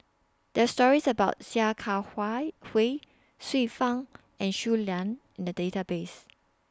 There Are stories about Sia Kah Hui Xiu Fang and Shui Lan in The Database